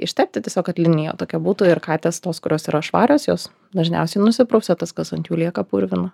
ištepti tiesiog kad linija tokia būtų ir katės tos kurios yra švarios jos dažniausiai nusiprausia tas kas ant jų lieka purvina